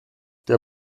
der